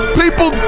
people